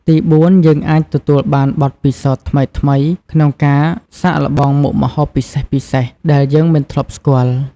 ទីបួន យើងអាចទទួលបាន បទពិសោធន៍ថ្មីៗ ក្នុងការសាកល្បងមុខម្ហូបពិសេសៗដែលយើងមិនធ្លាប់ស្គាល់។